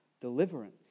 deliverance